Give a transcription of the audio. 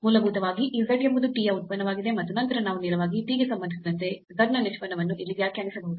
ಮೂಲಭೂತವಾಗಿ ಈ z ಎಂಬುದು t ಯ ಉತ್ಪನ್ನವಾಗಿದೆ ಮತ್ತು ನಂತರ ನಾವು ನೇರವಾಗಿ t ಗೆ ಸಂಬಂಧಿಸಿದಂತೆ z ನ ನಿಷ್ಪನ್ನವನ್ನು ಇಲ್ಲಿ ವ್ಯಾಖ್ಯಾನಿಸಬಹುದು